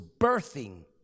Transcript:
birthing